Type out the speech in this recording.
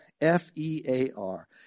F-E-A-R